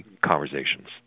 conversations